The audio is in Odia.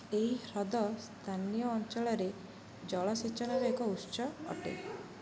ଏହି ହ୍ରଦ ସ୍ଥାନୀୟ ଅଞ୍ଚଳରେ ଜଳସେଚନର ଏକ ଉତ୍ସ ଅଟେ